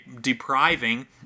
depriving